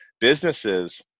businesses